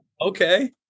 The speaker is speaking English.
okay